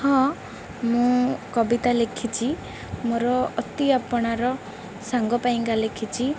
ହଁ ମୁଁ କବିତା ଲେଖିଛି ମୋର ଅତି ଆପଣାର ସାଙ୍ଗ ପାଇଁକା ଲେଖିଛି